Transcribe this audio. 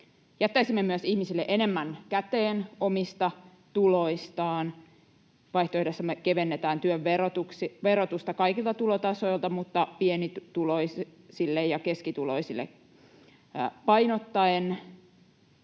Jättäisimme myös ihmisille enemmän käteen omista tuloistaan. Vaihtoehdossamme kevennetään työn verotusta kaikilta tulotasoilta mutta pienituloisille ja keskituloisille painottaen.